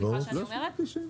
סליחה שאני אומרת,